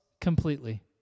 completely